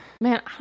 Man